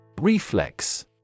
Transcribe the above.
Reflex